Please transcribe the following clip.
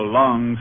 long